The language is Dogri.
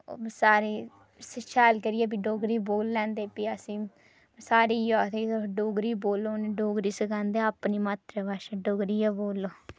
में सारें शैल करियै बी डोगरी बोल लैंदे फ्ही असें सारे इयो आखदे कि तुस डोगरी बोल्लो उ'नें डोगरी सिखांदे अपनी मात्तर भाशा डोगरी गै बोल्लो